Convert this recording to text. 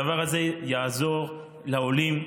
הדבר הזה יעזור לעולים.